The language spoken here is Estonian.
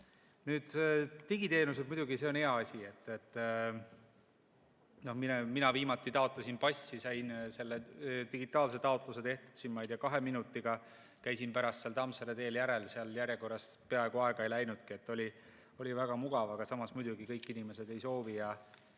Nüüd digiteenused. Muidugi, see on hea asi. Mina viimati taotlesin passi, sain selle digitaalse taotluse tehtud, ma ei tea, kahe minutiga, käisin pärast Tammsaare teel järel, järjekorras peaaegu aega ei läinudki. Oli väga mugav, aga samas muidugi kõik inimesed ei soovi ja